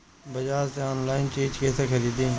बाजार से आनलाइन चीज कैसे खरीदी?